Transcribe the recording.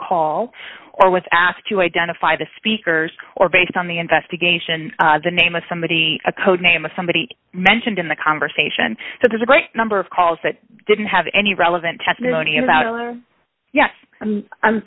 call or was asked to identify the speakers or based on the investigation the name of somebody a code name of somebody mentioned in the conversation so there's a great number of calls that didn't have any relevant tes